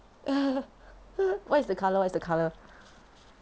what is the colour what is the colour